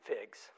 figs